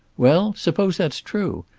well, suppose that's true?